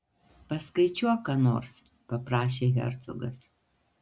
paskaičiuok ką nors paprašė hercogas